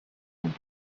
and